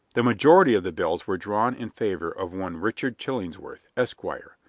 the majority of the bills were drawn in favor of one richard chillingsworth, esquire.